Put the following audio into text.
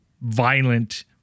violent